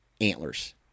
antlers